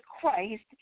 Christ